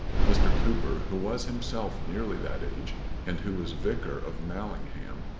mr. cooper, who was himself nearly that age and who was vicar of mallingham,